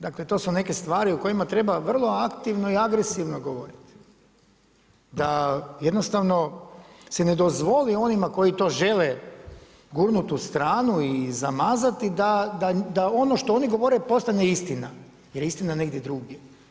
Dakle to su neke stvari o kojima treba vrlo aktivno i agresivno govoriti, da jednostavno se ne dozvole onima koji to žele gurnut u stranu i zamazati da ono što oni govore postane istina jer je istina negdje drugdje.